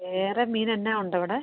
വേറെ മീൻ എന്നാ ഉണ്ട് അവിടെ